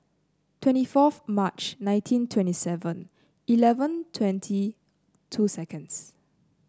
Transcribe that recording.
twenty fourth March nineteen twenty Seven Eleven twenty two seconds